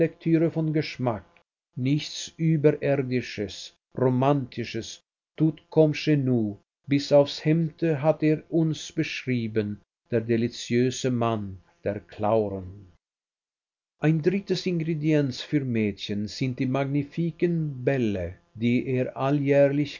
von geschmack nichts überirdisches romantisches tout comme chez nous bis aufs hemde hat er uns beschrieben der deliziöse mann der clauren ein drittes ingredienz für mädchen sind die magnifiken bälle die er alljährlich